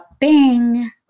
Bing